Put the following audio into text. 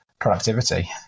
productivity